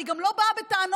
אני גם לא באה בטענות,